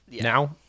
Now